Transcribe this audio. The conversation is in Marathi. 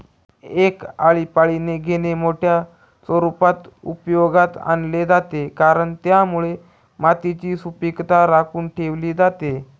एक आळीपाळीने घेणे मोठ्या स्वरूपात उपयोगात आणले जाते, कारण त्यामुळे मातीची सुपीकता राखून ठेवली जाते